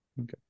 okay